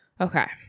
Okay